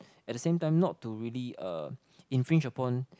at the same time not to really uh infringe upon